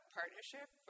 partnership